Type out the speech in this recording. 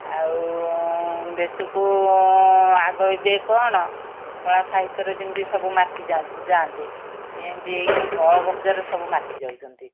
ଆଉ ଦେଶକୁ ଆଗ ଏବେ କ'ଣ କଳା ସାହିତ୍ୟରେ ଯେମିତି ସବୁ ମାତି ଯାଆନ୍ତି ସେମିତି ଏଇଖିଣି କଳକବ୍ଯାରେ ସବୁ ମାତି ଯାଉଛନ୍ତି